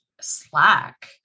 Slack